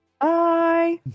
Bye